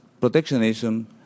protectionism